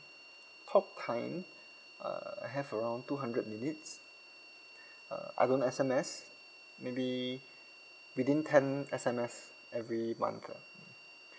talk time err I have around two hundred minutes uh I don't S_M_S maybe within ten S_M_S every month ah mm